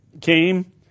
came